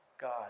God